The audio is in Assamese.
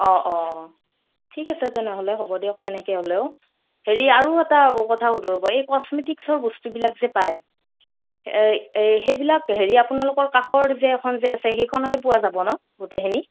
অঁ অঁ ঠিক আছে তেনেহ'লে হ'ব দিয়ক সেনেকৈ হ'লেও হেৰি আৰু এটা কথা সোধোঁ ৰ'ব এই কচমেটিস্কৰ বস্তুবিলাক যে পায় এই সেইবিলাক হেৰি আপোনালোকৰ কাষৰ যে এখন যে আছে সেইখনতে পোৱা যাব ন গোটেইখিনি